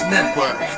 Network